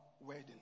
wedding